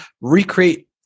recreate